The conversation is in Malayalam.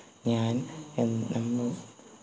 ഞാൻ എൻ